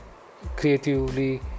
creatively